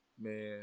Man